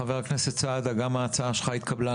חבר הכנסת סעדה, גם ההצעה שלך התקבלה.